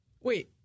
Wait